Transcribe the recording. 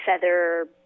feather